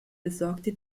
besorgte